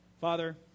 Father